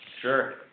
Sure